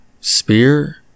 Spear